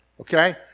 okay